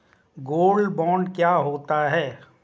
Gold bond क्या होता है?